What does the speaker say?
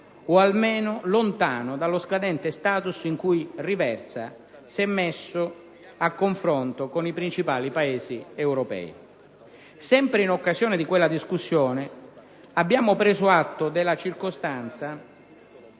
o almeno lontano dallo scadente*status* in cui riversa, se messo a confronto con i principali Paesi europei. Sempre in occasione di quella discussione, abbiamo preso atto della circostanza